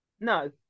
No